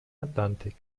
atlantik